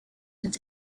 into